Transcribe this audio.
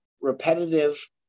repetitive